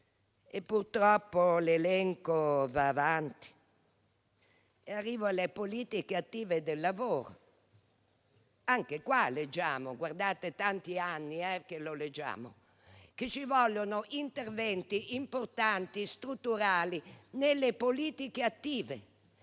(e purtroppo l'elenco va avanti). Arrivo alle politiche attive del lavoro. Anche a questo proposito, da tanti anni leggiamo che ci vogliono interventi importanti e strutturali nelle politiche attive,